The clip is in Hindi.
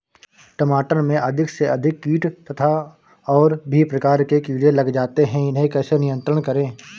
टमाटर में अधिक से अधिक कीट तथा और भी प्रकार के कीड़े लग जाते हैं इन्हें कैसे नियंत्रण करें?